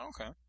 Okay